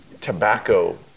tobacco